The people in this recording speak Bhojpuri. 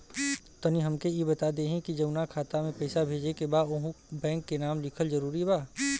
तनि हमके ई बता देही की जऊना खाता मे पैसा भेजे के बा ओहुँ बैंक के नाम लिखल जरूरी बा?